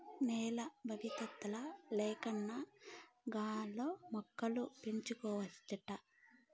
నేల బవిసత్తుల లేకన్నా గాల్లో మొక్కలు పెంచవచ్చంట